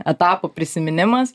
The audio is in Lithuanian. etapų prisiminimas